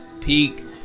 Peak